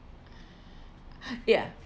ya